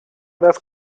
das